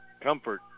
Comfort